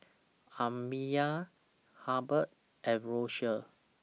Amiya Halbert and Rosia